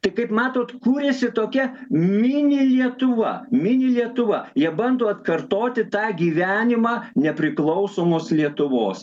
tai kaip matot kūrėsi tokia mini lietuva mini lietuva jie bando atkartoti tą gyvenimą nepriklausomos lietuvos